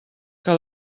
que